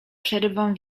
przerywam